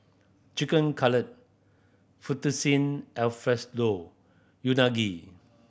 Chicken Footccine Unagi